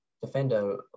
defender